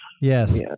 Yes